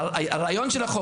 הרעיון של החוק